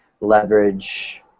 leverage